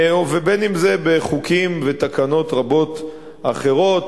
ובין אם זה בחוקים ותקנות רבות אחרות,